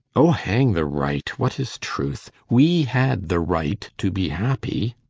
oh, hang the right! what is truth? we had the right to be happy!